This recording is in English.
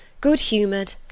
good-humoured